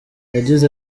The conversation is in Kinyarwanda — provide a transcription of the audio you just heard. yagize